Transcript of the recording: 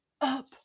up